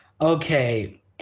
Okay